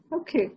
Okay